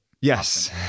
Yes